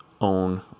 own